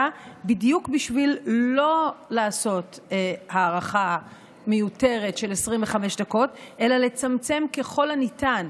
בדיוק בשביל שלא לעשות הארכה מיותרת של 25 דקות אלא לצמצם ככל הניתן.